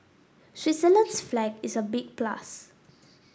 Switzerland's flag is a big plus